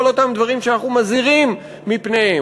כל אותם דברים שאנחנו מזהירים מפניהם,